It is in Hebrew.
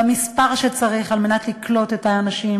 במספר שצריך על מנת לקלוט את האנשים.